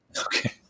Okay